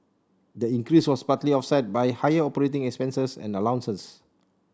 the increase was partly offset by higher operating expenses and allowances